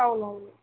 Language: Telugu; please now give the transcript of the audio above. అవునవును